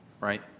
right